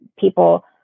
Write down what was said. people